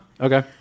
Okay